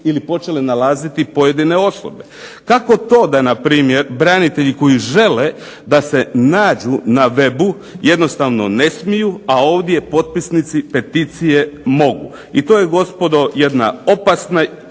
počele nalaziti pojedine osobe. Kako to da npr. branitelji koji žele da se nađu na webu jednostavno ne smiju, a ovdje potpisnici peticije mogu. I to je gospodo jedna opasna